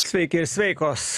sveiki ir sveikos